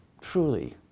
truly